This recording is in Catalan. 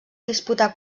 disputar